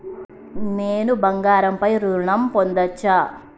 నేను బంగారం పై ఋణం పొందచ్చా?